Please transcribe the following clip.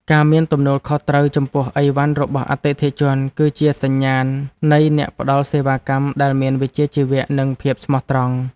ការមានទំនួលខុសត្រូវចំពោះឥវ៉ាន់របស់អតិថិជនគឺជាសញ្ញាណនៃអ្នកផ្តល់សេវាកម្មដែលមានវិជ្ជាជីវៈ និងភាពស្មោះត្រង់។